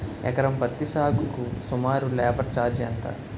ఎకరం పత్తి సాగుకు సుమారు లేబర్ ఛార్జ్ ఎంత?